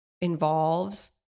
involves